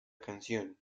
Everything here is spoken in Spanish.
canción